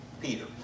Peter